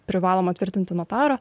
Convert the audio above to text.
privaloma tvirtinti notaro